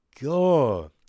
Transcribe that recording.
god